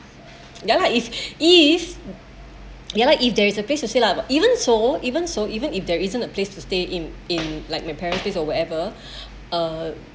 what ya lah if ya lah if there is a place to stay lah but even so even so even if there isn't a place to stay in in like my parents place or whatever uh